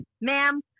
ma'am